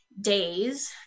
days